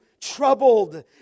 troubled